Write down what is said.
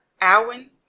Alwyn